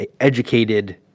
educated